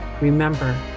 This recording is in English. remember